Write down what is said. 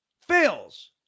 fails